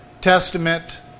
testament